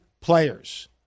players